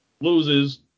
Loses